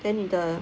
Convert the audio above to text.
then the